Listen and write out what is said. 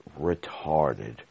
retarded